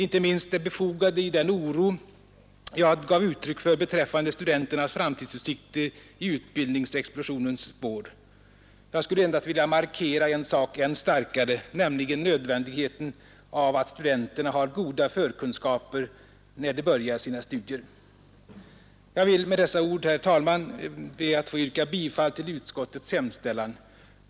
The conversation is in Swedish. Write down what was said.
Inte minst befogad var den oro jag gav uttryck för beträffande studenternas framtidsutsikter i utbildningsexplosionens spår. Jag skulle endast vilja markera en sak än starkare, nämligen nödvändigheten av att studenterna har goda förkunskaper när de börjar sina studier. Jag ber med dessa ord, herr talman, att få yrka bifall till utskottets hemställan.